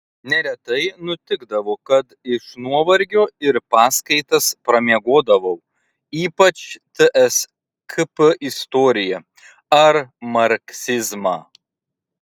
neretai nutikdavo kad iš nuovargio ir paskaitas pramiegodavau ypač tskp istoriją ar marksizmą